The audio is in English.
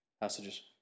Passages